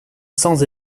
sans